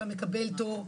אתה מקבל תור.